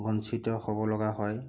বঞ্চিত হ'ব লগা হয়